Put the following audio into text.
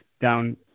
down